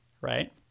right